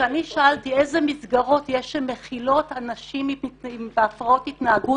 וכשאני שאלתי איזה מסגרות יש שמכילות אנשים עם הפרעות התנהגות